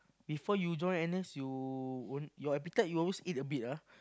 before you join N_S you only your appetite you always eat a bit ah